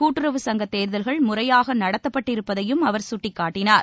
கூட்டுறவு சங்கத் தேர்தல்கள் முறையாக நடத்தப்பட்டிருப்பதையும் அவர் சுட்டிக்காட்டினார்